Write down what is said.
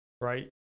right